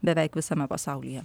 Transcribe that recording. beveik visame pasaulyje